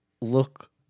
look